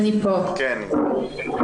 ענבר, בבקשה.